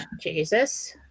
Jesus